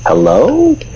Hello